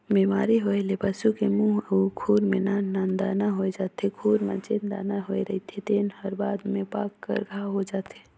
बेमारी होए ले पसू की मूंह अउ खूर में नान नान दाना होय जाथे, खूर म जेन दाना होए रहिथे तेन हर बाद में पाक कर घांव हो जाथे